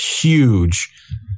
huge